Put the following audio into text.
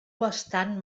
bastant